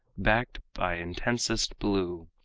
backed by intensest blue,